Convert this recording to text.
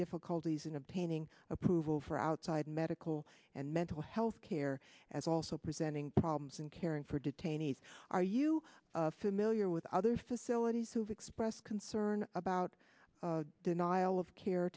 difficulties in obtaining approval for outside medical and mental health care as also presenting problems and caring for detainees are you familiar with other facilities who've expressed concern about denial of care